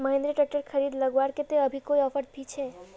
Mahindra tractor खरीद लगवार केते अभी कोई ऑफर भी छे?